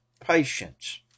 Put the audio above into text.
patience